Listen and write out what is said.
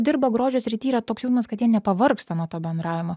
dirba grožio srity yra toks jausmas kad jie nepavargsta nuo to bendravimo